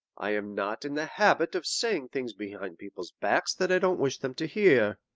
i am not in the habit of saying things behind people's backs that i don't wish them to hear.